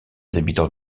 habitants